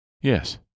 Yes